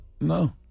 No